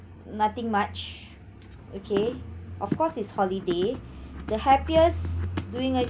nothing much okay of course is holiday the happiest during a